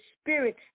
Spirit